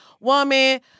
woman